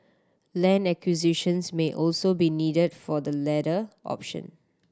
land acquisitions may also be needed for the latter option